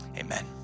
amen